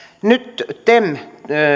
nyt tem